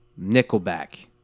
Nickelback